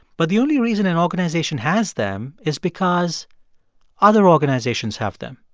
but the only reason an organization has them is because other organizations have them.